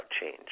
change